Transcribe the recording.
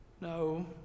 No